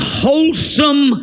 wholesome